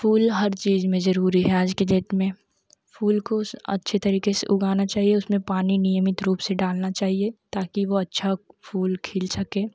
फूल हर चीज़ में ज़रुरी है आज के डेट में फूल को अच्छे तरीके से उगाना चाहिए उसमें पानी नियमित रूप से डालना चाहिए ताकि वह अच्छे फूल खिल सकें